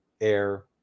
air